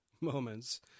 moments